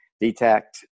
detect